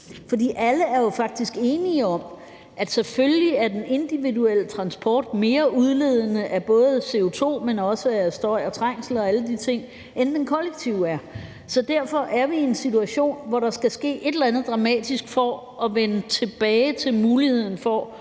For alle er jo faktisk enige om, at selvfølgelig er den individuelle transport mere udledende både af CO2, men også i forhold til støj og trængsel og alle de ting, end den kollektive er. Så derfor er vi i en situation, hvor der skal ske et eller andet dramatisk for at vende tilbage til muligheden for